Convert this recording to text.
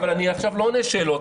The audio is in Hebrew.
אני עכשיו לא עונה על שאלות,